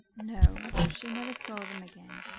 no, she never saw them again.